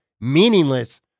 meaningless